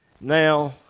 Now